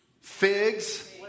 figs